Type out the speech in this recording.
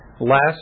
last